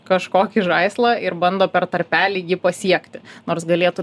kažkokį žaislą ir bando per tarpelį jį pasiekti nors galėtų